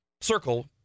circle